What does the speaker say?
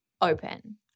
open